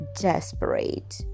desperate